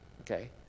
okay